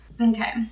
Okay